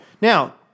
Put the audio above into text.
Now